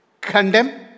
condemn